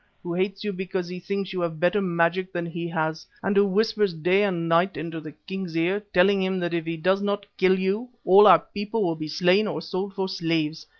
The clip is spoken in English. who hates you because he thinks you have better magic than he has and who whispers day and night into the king's ear, telling him that if he does not kill you, all our people will be slain or sold for slaves,